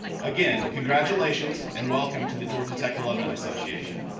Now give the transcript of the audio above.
again, congratulations and welcome to the georgia tech alumni association.